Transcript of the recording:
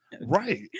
Right